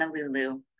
Honolulu